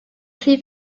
rhy